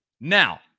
Now